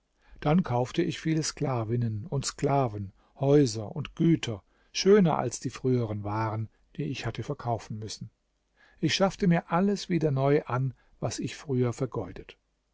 dann kaufte ich viele sklavinnen und sklaven häuser und güter schöner als die früheren waren die ich hatte verkaufen müssen ich schaffte mir alles wieder neu an was ich früher vergeudet